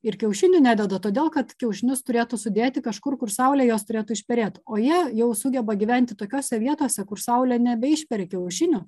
ir kiaušinių nededa todėl kad kiaušinius turėtų sudėti kažkur kur saulė juos turėtų išperėt o jie jau sugeba gyventi tokiose vietose kur saulė nebeišperi kiaušinio